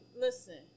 Listen